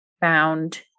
found